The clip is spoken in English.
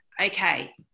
Okay